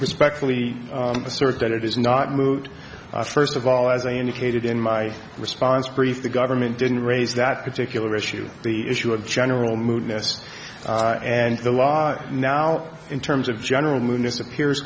respectfully assert that it is not moot first of all as i indicated in my response brief the government didn't raise that particular issue the issue of general mood ness and the law now in terms of general mood disappears